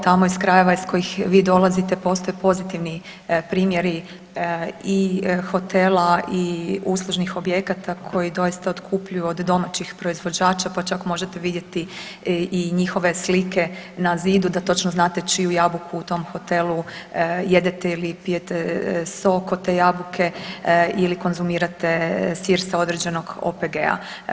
Tamo iz krajeva iz kojih vi dolazite postoje pozitivni primjeri i hotela i uslužnih objekata koji doista otkupljuju od domaćih proizvođača, pa čak možete vidjeti i njihove slike na zidu da točno znate čiju jabuku u tom hotelu jedete ili pijete sok od te jabuke ili konzumirate sir sa određenog OPG-a.